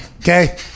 Okay